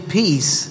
peace